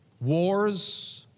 Wars